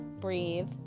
Breathe